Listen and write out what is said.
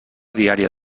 diària